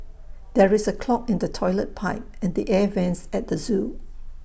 there is A clog in the Toilet Pipe and the air Vents at the Zoo